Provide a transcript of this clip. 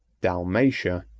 dalmatia,